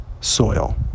soil